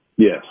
Yes